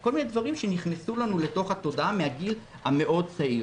כל מיני דברים שנכנסו לנו אל תוך התודעה מהגיל הצעיר מאוד.